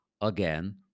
again